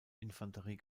infanterie